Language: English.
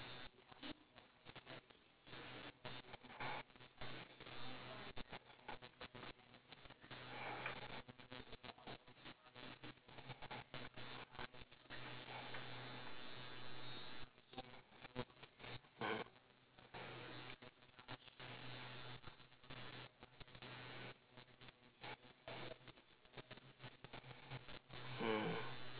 mmhmm